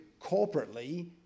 corporately